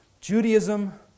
Judaism